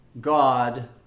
God